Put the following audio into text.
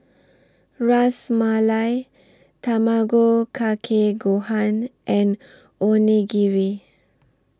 Ras Malai Tamago Kake Gohan and Onigiri